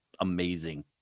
amazing